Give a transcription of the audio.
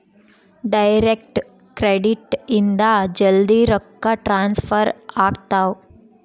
direct credit ಇಂದ ಜಲ್ದೀ ರೊಕ್ಕ ಟ್ರಾನ್ಸ್ಫರ್ ಆಗ್ತಾವ